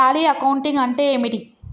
Tally accounting అంటే ఏమిటి?